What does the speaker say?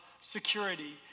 security